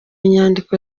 inyandiko